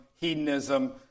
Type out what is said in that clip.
hedonism